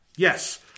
Yes